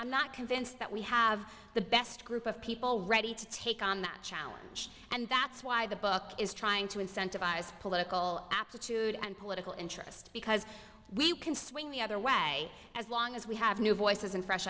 i'm not convinced that we have the best group of people ready to take on that challenge and that's why the book is trying to incentivize political aptitude and political interest because we can swing the other way as long as we have new voices and fresh